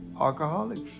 alcoholics